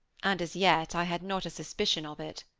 and as yet i had not a suspicion of it.